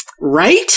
Right